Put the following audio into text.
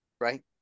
right